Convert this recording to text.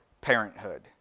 parenthood